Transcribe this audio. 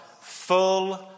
full